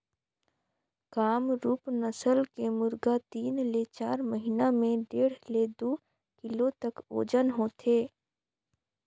कामरूप नसल के मुरगा तीन ले चार महिना में डेढ़ ले दू किलो तक ओजन होथे